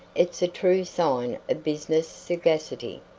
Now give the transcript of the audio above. it's a true sign of business sagacity.